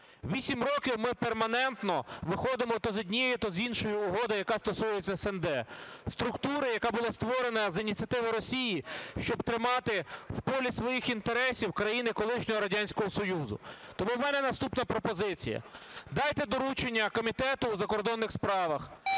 8 років ми перманентно виходимо то з однією, то з іншою угодою, яка стосується СНД – структура, яка була створена за ініціативи Росії, щоб тримати в полі своїх інтересів країни колишнього Радянського Союзу. Тому в мене наступна пропозиція. Дайте доручення Комітету у закордонних справах